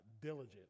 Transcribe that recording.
diligent